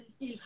il